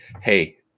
hey